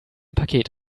paket